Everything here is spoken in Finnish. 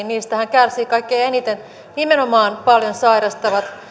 kärsivät kaikkein eniten nimenomaan paljon sairastavat